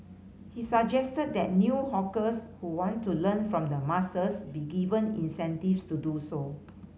he suggested that new hawkers who want to learn from the masters be given incentives to do so